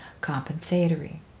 compensatory